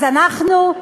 אז אנחנו,